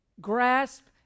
Grasp